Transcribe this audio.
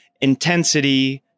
intensity